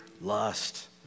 lust